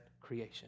creation